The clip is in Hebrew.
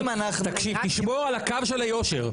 תקשיב, תשמור על הקו של היושר.